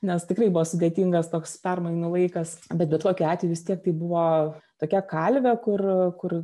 nes tikrai buvo sudėtingas toks permainų laikas bet bet kokiu atveju vis tiek tai buvo tokia kalvė kur kur